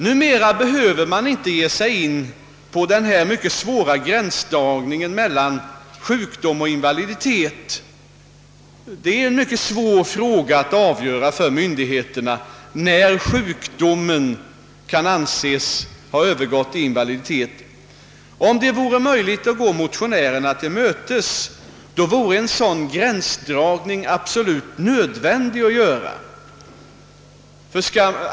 Numera behöver man inte ge sig in på den mycket svåra gränsdragningen mellan sjukdom och invaliditet. Det är en mycket svår fråga att avgöra för myndigheterna när sjukdom kan anses ha övergått till invaliditet. Om man ginge motionärerna till mötes, vore en sådan gränsdragning absolut nödvändig att göra.